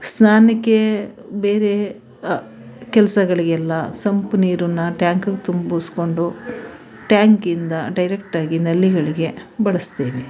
ಸ್ನಾನಕ್ಕೆ ಬೇರೆ ಕೆಲಸಗಳಿಗೆಲ್ಲ ಸಂಪು ನೀರನ್ನು ಟ್ಯಾಂಕ್ಗೆ ತುಂಬಿಸ್ಕೊಂಡು ಟ್ಯಾಂಕಿಂದ ಡೈರೆಕ್ಟಾಗಿ ನಲ್ಲಿಗಳಿಗೆ ಬಳಸ್ತೇವೆ